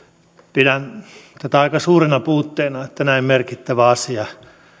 pidän tätä aika suurena puutteena että näin merkittävä asia